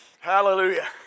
Hallelujah